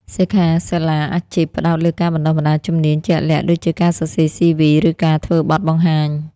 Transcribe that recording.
សិក្ខាសាលាអាជីព ផ្តោតលើការបណ្តុះបណ្តាលជំនាញជាក់លាក់ដូចជាការសរសេរ CV ឬការធ្វើបទបង្ហាញ។